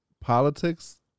Politics